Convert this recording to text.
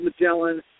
Magellan